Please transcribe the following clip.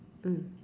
mm